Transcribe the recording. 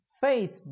faith